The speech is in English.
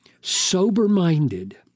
sober-minded—